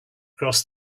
cross